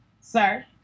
Sir